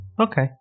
Okay